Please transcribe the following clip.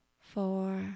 four